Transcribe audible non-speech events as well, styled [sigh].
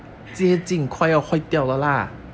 [laughs]